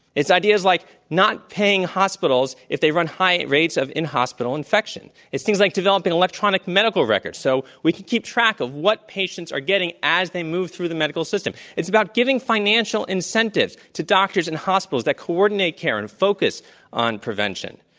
it's ideas like not paying hospitals if they run high rates of in-hospital infection. it's things like developing electronic medical records so we can keep track of what patients are getting as they move through the medical system. it's about giving financial incentives to doctors and hospitals that coordinate care and focus on prevention,